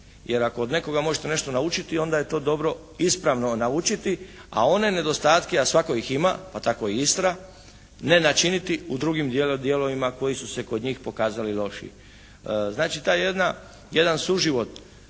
Jer ako od nekoga možete nešto naučiti onda je to dobro ispravno naučiti, a one nedostatke, a svatko ih ima, pa tako i Istra ne načiniti u drugim dijelovima koji su se kod njih pokazali loši. Znači, taj jedan suživot